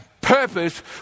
purpose